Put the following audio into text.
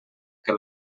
que